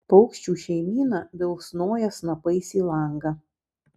paukščių šeimyna bilsnoja snapais į langą